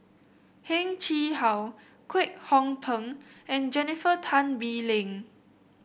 Heng Chee How Kwek Hong Png and Jennifer Tan Bee Leng